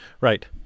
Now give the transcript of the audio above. Right